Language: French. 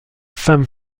femme